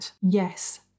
Yes